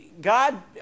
God